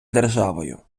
державою